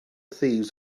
thieves